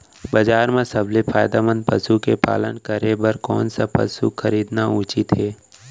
बजार म सबसे फायदामंद पसु के पालन करे बर कोन स पसु खरीदना उचित हे?